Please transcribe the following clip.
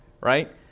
right